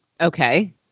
okay